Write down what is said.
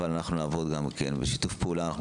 אבל אנחנו גם נעבוד בשיתוף פעולה אנחנו